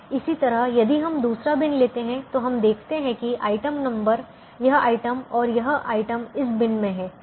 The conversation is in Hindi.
इसी तरह यदि हम दूसरा बिन लेते हैं तो हम देखते है कि आइटम नंबर यह आइटम और यह आइटम इस बिन में हैं